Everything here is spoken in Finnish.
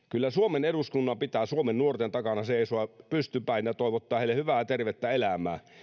kyllä suomen eduskunnan pitää suomen nuorten takana seisoa pystypäin ja toivottaa heille hyvää tervettä elämää